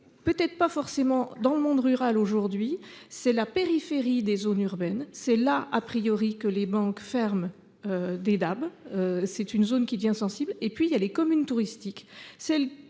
peut-être pas forcément dans le monde rural aujourd'hui c'est la périphérie des zones urbaines. C'est là a priori que les banques ferme. Des DAB. C'est une zone qui devient sensible et puis il y a les communes touristiques,